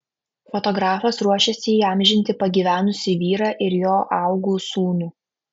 fotografas ruošiasi įamžinti pagyvenusį vyrą ir jo augų sūnų